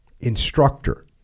instructor